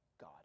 God